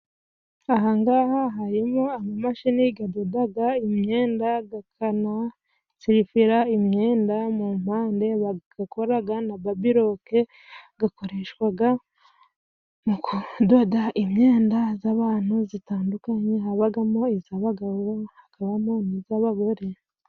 Ahangaha harimo amamashini adoda imyenda, akanasirifira imyenda mu mpande, bagakora na babiroke, zikoreshwa mu kudoda imyenda y'abantu itandukanye, habamo iy'abagabo, hakabamo n'iy'abagore.